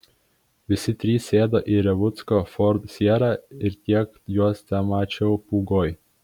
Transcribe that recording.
visi trys sėdo į revucko ford sierra ir tiek juos temačiau pūgoj